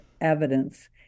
evidence